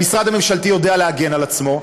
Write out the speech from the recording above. המשרד הממשלתי יודע להגן על עצמו.